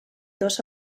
dos